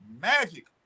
magic